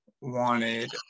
wanted